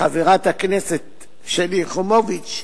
חברת הכנסת שלי יחימוביץ,